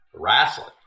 wrestling